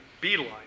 beeline